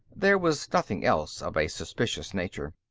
there was nothing else of a suspicious nature.